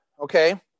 okay